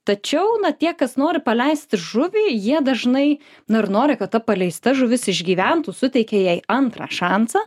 tačiau tie kas nori paleisti žuvį jie dažnai dar nori kad ta paleista žuvis išgyventų suteikė jai antrą šansą